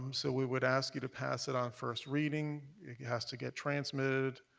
um so we would ask you to pass it on first reading. it has to get transmitted.